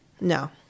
No